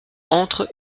entre